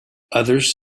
others